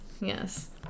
yes